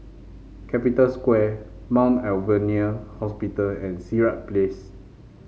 Capital Square Mount Alvernia Hospital and Sirat Place